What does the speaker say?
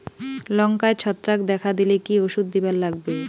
লঙ্কায় ছত্রাক দেখা দিলে কি ওষুধ দিবার লাগবে?